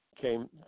came